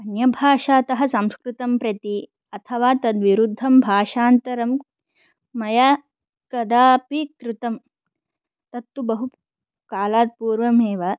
अन्यभाषातः संस्कृतं प्रति अथवा तद्विरुद्धं भाषान्तरं मया कदापि कृतं तत्तु बहुकालात् पूर्वमेव